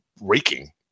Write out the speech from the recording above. raking